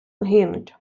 гинуть